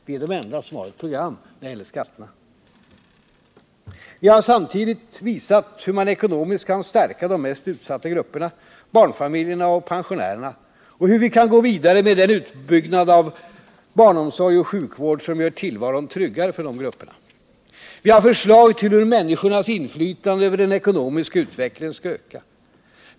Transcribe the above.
Vi är de enda som har ett program när det gäller skatterna. Vi har samtidigt visat hur man ekonomiskt kan stärka de mest utsatta grupperna, barnfamiljerna och pensionärerna, och hur vi kan gå vidare med den utbyggnad av barnomsorg och sjukvård som gör tillvaron tryggare för dessa grupper. Vi har förslag till hur människornas inflytande över den ekonomiska utvecklingen skall öka.